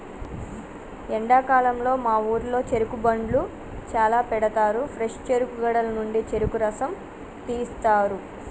ఎండాకాలంలో మా ఊరిలో చెరుకు బండ్లు చాల పెడతారు ఫ్రెష్ చెరుకు గడల నుండి చెరుకు రసం తీస్తారు